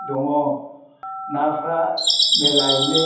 दङ नाफ्रा मेरलायैनो